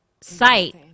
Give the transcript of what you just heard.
site